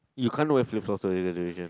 you can't wear flip flops during graduation